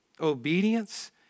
Obedience